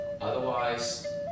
Otherwise